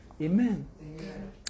Amen